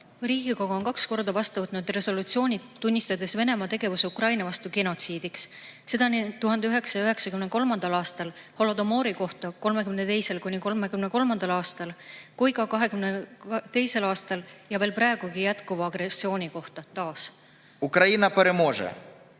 Riigikogu on kaks korda vastu võtnud resolutsiooni, tunnistades Venemaa tegevuse Ukraina vastu genotsiidiks, seda nii 1993. aastal holodomori kohta 1932.–1933. aastal kui ka 2022. aastal veel praegugi jätkuva agressiooni kohta. Ukraina võidab!